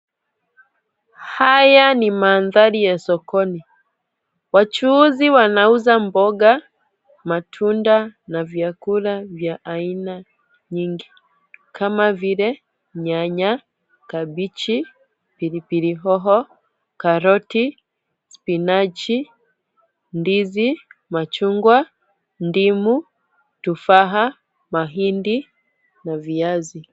Haya ni mandhari ya sokoni. Wachuuzi wanauza mboga, matiunda na vyakula vya aina nyingi kama vile nyanya, kabichi, pilipili hoho, karoti, spinaji, ndizi, machungwa, ndimu tufaha, mahindi na viazi.